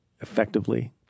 effectively